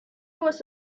was